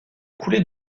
coulée